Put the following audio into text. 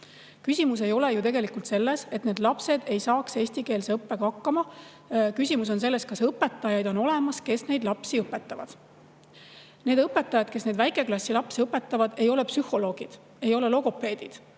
Küsimus ei ole ju tegelikult selles, et need lapsed ei saaks eestikeelse õppega hakkama, küsimus on selles, kas on olemas õpetajad, kes neid lapsi õpetavad. Need õpetajad, kes neid väikeklasside lapsi õpetavad, ei ole psühholoogid, ei ole logopeedid.